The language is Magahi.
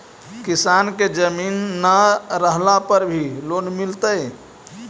किसान के जमीन न रहला पर भी लोन मिलतइ?